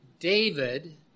David